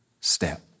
step